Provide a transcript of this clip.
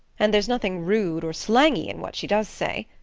and there's nothing rude or slangy in what she does say.